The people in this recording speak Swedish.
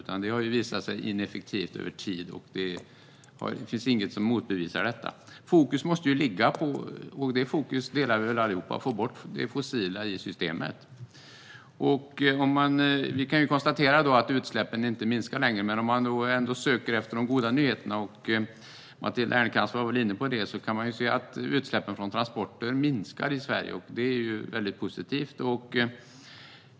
Det har visat sig ineffektivt över tid. Det finns inget som motbevisar detta. Vi delar väl alla att fokus måste ligga på att få bort det fossila ur systemet. Vi kan konstatera att utsläppen inte minskar längre. Om man ändå söker efter de goda nyheterna - och Matilda Ernkrans var väl inne på det - kan man se att utsläppen från transporter minskar i Sverige. Det är väldigt positivt.